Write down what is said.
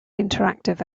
interactive